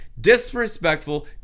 disrespectful